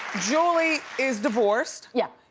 julie is divorced. yeah.